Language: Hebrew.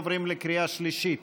עוברים לקריאה שלישית.